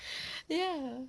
ya